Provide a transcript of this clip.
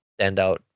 standout